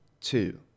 Two